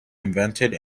invented